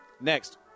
next